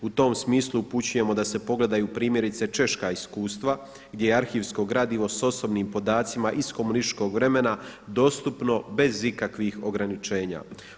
U tom smislu upućujemo da se pogledaju primjerice češka iskustva gdje arhivsko gradivo s osobnim podacima iz komunističkog vremena dostupno bez ikakvih ograničenja.